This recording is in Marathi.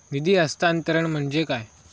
निधी हस्तांतरण म्हणजे काय?